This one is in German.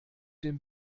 den